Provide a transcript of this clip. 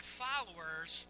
followers